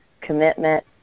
commitment